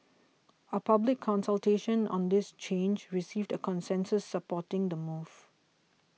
a public consultation on this change received a consensus supporting the move